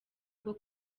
bwo